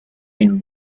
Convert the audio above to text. been